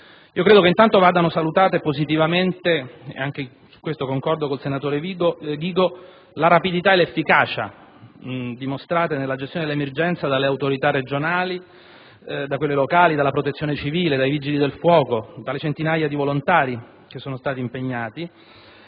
Io credo che intanto vadano salutate positivamente - e anche su questo concordo con il senatore Ghigo - la rapidità e l'efficacia dimostrate nella gestione dell'emergenza dalle autorità regionali, da quelle locali, dalla Protezione civile, dai Vigili del fuoco, dalle centinaia di volontari che sono stati impegnati,